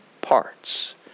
parts